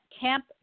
Camp